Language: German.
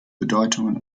bedeutung